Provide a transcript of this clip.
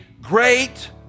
Great